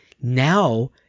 now